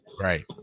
Right